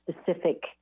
specific